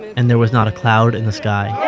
and there was not a cloud in the sky. yeah